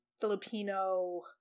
Filipino